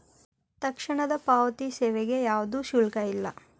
ತಕ್ಷಣದ ಪಾವತಿ ಸೇವೆಗೆ ಯಾವ್ದು ಶುಲ್ಕ ಇಲ್ಲ